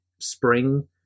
spring